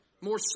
more